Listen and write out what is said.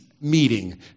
meeting